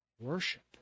Worship